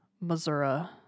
Missouri